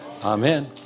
Amen